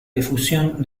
difusión